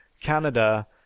Canada